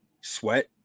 sweat